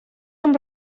amb